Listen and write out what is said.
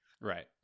Right